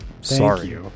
Sorry